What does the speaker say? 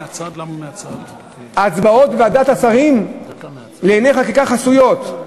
ההצבעות בוועדת השרים לענייני חקיקה חסויות.